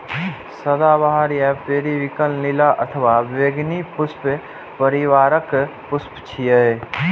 सदाबहार या पेरिविंकल नीला अथवा बैंगनी पुष्प परिवारक पुष्प छियै